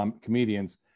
comedians